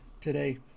today